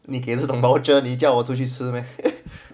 你给这种 voucher 你叫我出去吃 meh